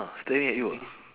ah staring at you ah